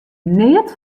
neat